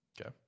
Okay